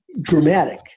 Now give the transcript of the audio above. dramatic